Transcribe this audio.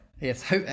Yes